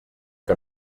que